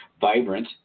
vibrant